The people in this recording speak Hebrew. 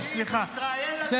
אני לא אמרתי על השרים שהם פיונים,